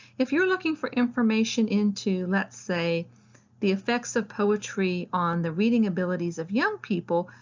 if you're looking for information into, let's say the effects of poetry on the reading abilities of young people,